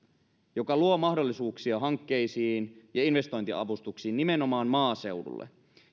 mikä luo mahdollisuuksia hankkeisiin ja investointiavustuksiin nimenomaan maaseudulle